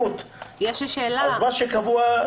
איך אתם חושבים